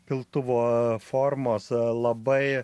piltuvo formos labai